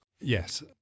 Yes